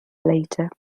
later